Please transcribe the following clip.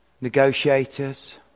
negotiators